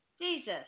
Jesus